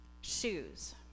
shoes